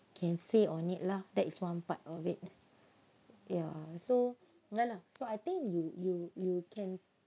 can save on it lah that is one part of it ya so ya lah so I think you you you can